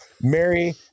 Mary